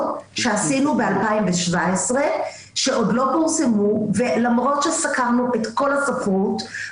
שעשינו ב-2017 שעוד לא פורסמו ולמרות שסקרנו את כל הספרות,